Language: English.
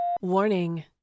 Warning